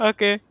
Okay